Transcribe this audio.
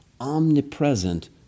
omnipresent